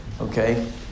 Okay